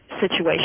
situation